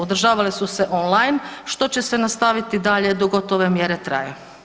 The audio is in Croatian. Održavale su se online što će se nastaviti dalje dok god ove mjere traju.